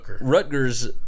Rutgers